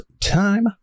time